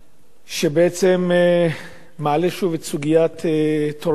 שבעצם מעלה שוב את הסוגיה של תורמי כליה